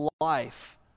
life